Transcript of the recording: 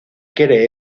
quiere